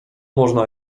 można